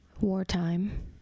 wartime